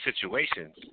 situations